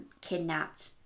kidnapped